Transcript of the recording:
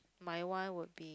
my one would be